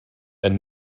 and